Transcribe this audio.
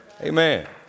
Amen